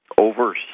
over